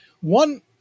One